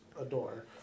adore